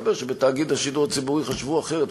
ומסתבר שבתאגיד השידור הציבורי חשבו אחרת,